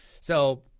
so-